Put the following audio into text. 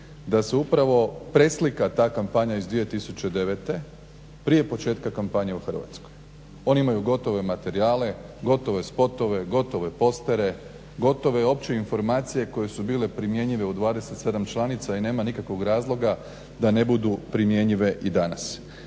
da se upravo preslika ta kampanja iz 2009. prije početka kampanje u Hrvatskoj. Oni imaju gotove materijale, gotove spotove, gotove postere, gotove opće informacije koje su bile primjenjive u 27 članica i nema nikakvog razloga da ne budu primjenjive i danas.